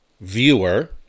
viewer